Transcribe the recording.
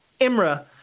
Imra